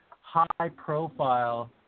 high-profile